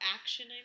action